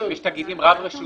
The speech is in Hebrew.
יש תאגידים רב-רשותיים.